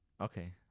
Okay